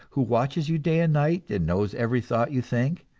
who watches you day and night, and knows every thought you think,